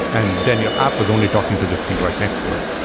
and then your app was only talking to this thing right next to it.